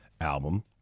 album